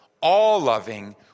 all-loving